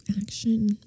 action